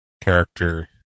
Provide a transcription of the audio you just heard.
character